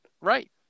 Right